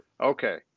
Okay